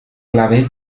clave